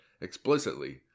explicitly